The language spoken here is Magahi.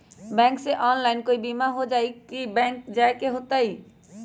बैंक से ऑनलाइन कोई बिमा हो जाई कि बैंक जाए के होई त?